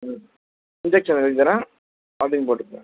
ம் இன்ஜெக்ஷன் எழுதித்தரேன் அதையும் போட்டுக்கோங்க